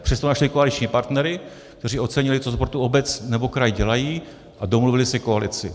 Přesto našli koaliční partnery, kteří ocenili, co pro tu obec nebo kraj dělají, a domluvili si koalici.